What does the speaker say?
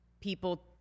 people